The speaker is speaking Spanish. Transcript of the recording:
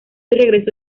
regresó